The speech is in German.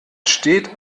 steht